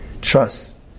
trust